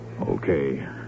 Okay